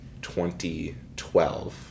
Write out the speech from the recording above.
2012